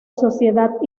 sociedad